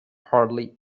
partly